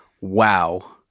Wow